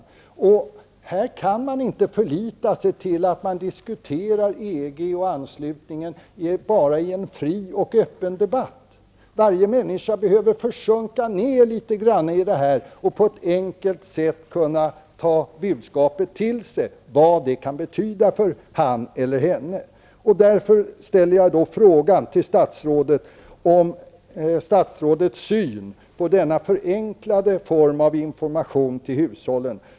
Man kan i detta sammanhang inte förlita sig enbart till att EG-anslutningen skall diskuteras i en fri och öppen debatt. Varje människa behöver få möjlighet att på ett enkelt sätt ta till sig vad budskapet kan betyda för honom eller henne och att låta det sjunka in. Därför ställer jag till statsrådet frågan vilken syn han har på denna förenklade information till hushållen.